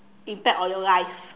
impact on your life